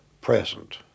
present